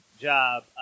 job